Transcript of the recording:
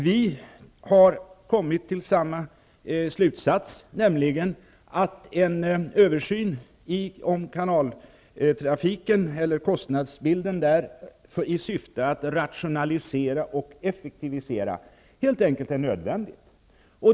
Vi har kommit till samma slutsats, nämligen att en översyn av kostnadsbilden för kanaltrafiken i syfte att rationalisera och effektivisera helt enkelt är nödvändig.